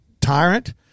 tyrant